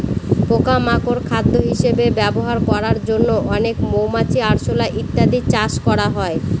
পোকা মাকড় খাদ্য হিসেবে ব্যবহার করার জন্য অনেক মৌমাছি, আরশোলা ইত্যাদি চাষ করা হয়